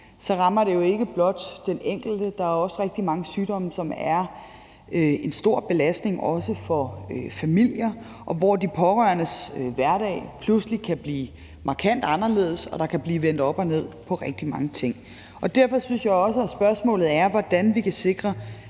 rammer det jo ikke blot den enkelte. Der er også rigtig mange sygdomme, som er en stor belastning for familier, og hvor de pårørendes hverdag pludselig kan blive markant anderledes, og at der kan blive vendt op og ned på rigtig mange ting. Derfor synes jeg også, at spørgsmålet er, hvordan vi kan sikre